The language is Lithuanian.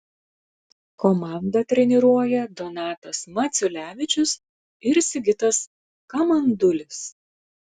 komandą treniruoja donatas maciulevičius ir sigitas kamandulis